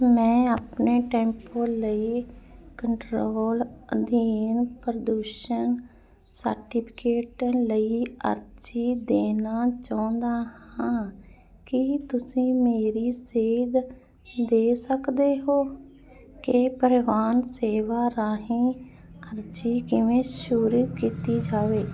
ਮੈਂ ਆਪਣੇ ਟੈਂਪੋ ਲਈ ਕੰਟਰੋਲ ਅਧੀਨ ਪ੍ਰਦੂਸ਼ਣ ਸਰਟੀਫਿਕੇਟ ਲਈ ਅਰਜ਼ੀ ਦੇਣਾ ਚਾਹੁੰਦਾ ਹਾਂ ਕੀ ਤੁਸੀਂ ਮੇਰੀ ਸੇਧ ਦੇ ਸਕਦੇ ਹੋ ਕਿ ਪਰਿਵਾਹਨ ਸੇਵਾ ਰਾਹੀਂ ਅਰਜ਼ੀ ਕਿਵੇਂ ਸ਼ੁਰੂ ਕੀਤੀ ਜਾਵੇ